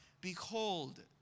Behold